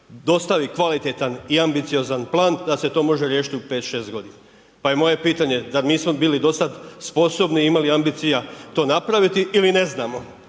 dostavi kvalitetan i ambiciozan plan, da se to može riješiti u pet, šest godina, pa je moje pitanje, dal' nismo bili do sad sposobni i imali ambicija to napraviti ili ne znamo,